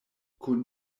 kun